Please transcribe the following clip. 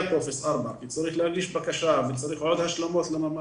טופס 4 כי צריך להגיש בקשה וצריך עוד השלמות לממ"ד,